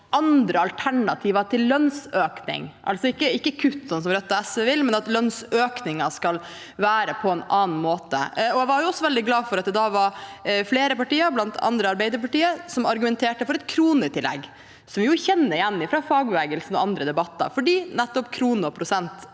andre alternativer til lønnsøkning – altså ikke kutt, som Rødt og SV vil, men at lønnsøkninger skal være på en annen måte. Jeg var også veldig glad for at det da var flere partier, bl.a. Arbeiderpartiet, som argumenterte for et kronetillegg, som vi jo kjenner igjen fra fagbevegelsen og andre debatter, fordi nettopp kroner og prosent